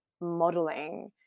modeling